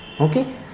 Okay